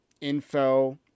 Info